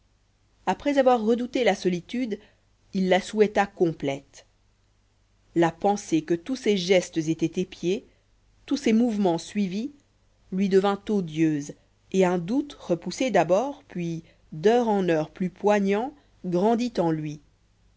après avoir redouté la solitude il la souhaita complète la pensée que tous ses gestes étaient épiés tous ses mouvements suivis lui devint odieuse et un doute repoussé d'abord puis d'heure en heure plus poignant grandit en lui